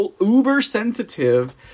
uber-sensitive